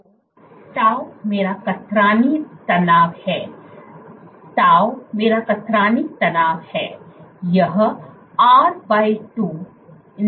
तो tau मेरा कतरनी तनाव है τ मेरा कतरनी तनाव है